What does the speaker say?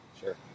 sure